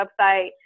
website